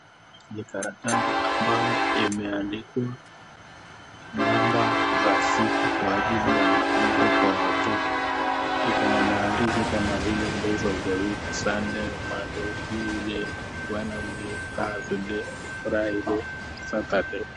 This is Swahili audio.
Ni karatasi ambayo imeandikwa namba ya siku kwa ajili ya mafunzo kwa watoto. Iko na maandishi kama vile; days of the week:Sunday, Monday, Tuesday, Wednesday, Thursday, Friday, Saturday .